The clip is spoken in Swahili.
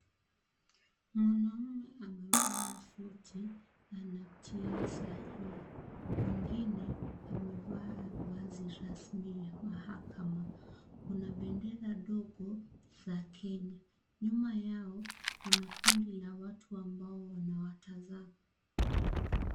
Mwanaume amevaa suti, anatia sahihi. Mwingine amevaa vazi rasmi ya mahakama. Kuna bendera dogo za Kenya. Nyuma yao, kuna kundi la watu ambao wanawatazama.